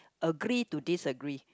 agree or disagree